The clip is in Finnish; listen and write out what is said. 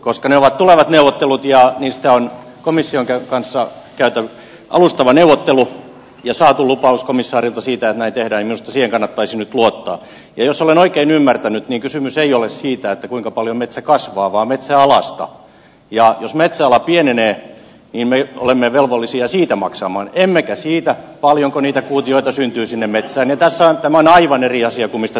koska ne ovat tulevat neuvottelut ja niistä on komission kanssa käytävä alustava neuvottelu ja saatu lupaus komissaarilta siitä näkee tai mystisiä kannattaisi nyt luottaa jos olen oikein ymmärtänyt niin kysymys ei ole siitä kuinka paljon metsä kasvaa vaan metsäalasta ja jos metsäala pienenee niin me olemme velvollisia siitä maksamaan emmekä siitä paljonko niitä kuutioita syntyy sinne metsään ja tasoittamaan aivan eri asia omista